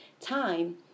time